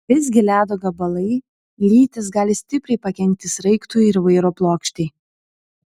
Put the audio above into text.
visgi ledo gabalai lytys gali stipriai pakenkti sraigtui ir vairo plokštei